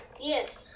Yes